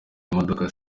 imodoka